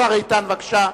השר איתן, בבקשה,